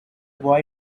boy